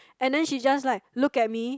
and then she just like look at me